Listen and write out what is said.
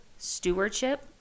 Stewardship